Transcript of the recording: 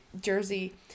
Jersey